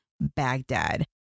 Baghdad